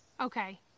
Okay